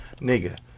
nigga